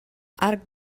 arc